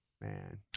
Man